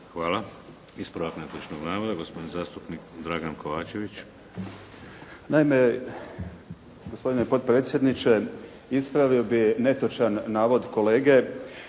Hvala. Ispravak netočnog navoda gospodin zastupnik Dragan Kovačević. **Kovačević, Dragan (HDZ)** Naime gospodine potpredsjedniče ispravio bih netočan navod kolege